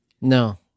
No